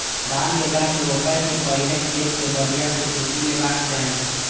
धानक गाछ रोपै सं पहिने खेत कें बढ़िया सं जोति लेबाक चाही